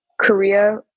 Korea